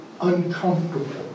uncomfortable